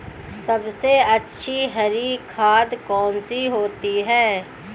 सबसे अच्छी हरी खाद कौन सी होती है?